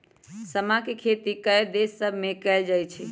समा के खेती कयगो देश सभमें कएल जाइ छइ